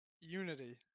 unity